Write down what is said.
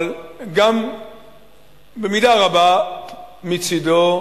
אבל גם במידה רבה מצדו.